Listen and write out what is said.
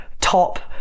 top